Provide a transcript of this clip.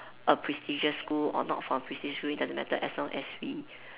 a prestigious school or not from a prestigious school it doesn't matter as long as we